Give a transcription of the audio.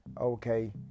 okay